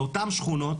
באותן שכונות